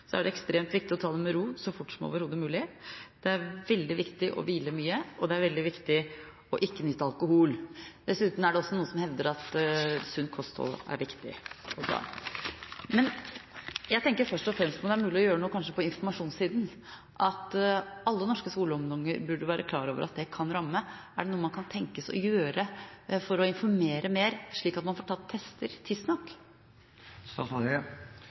er det ekstremt viktig å ta det med ro så fort som overhodet mulig. Det er veldig viktig å hvile mye, og det er veldig viktig ikke å nyte alkohol. Dessuten er det også noen som hevder at sunt kosthold er viktig. Men jeg tenker først og fremst på om det er mulig kanskje å gjøre noe på informasjonssiden – at alle norske skoleungdommer burde være klar over at det kan ramme dem. Er det noe man kan tenkes å gjøre for å informere mer, slik at man får tatt tester